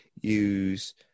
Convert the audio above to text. use